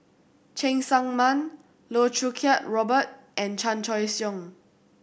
Cheng Tsang Man Loh Choo Kiat Robert and Chan Choy Siong